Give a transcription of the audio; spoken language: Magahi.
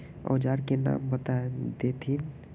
औजार के नाम बता देथिन?